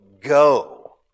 go